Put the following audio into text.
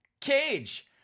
cage